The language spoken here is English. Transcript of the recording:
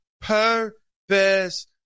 purpose